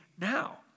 now